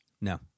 No